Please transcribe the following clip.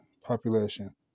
population